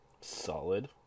Solid